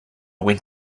went